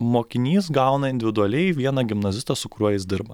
mokinys gauna individualiai vieną gimnazistą su kuriuo jis dirba